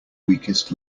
weakest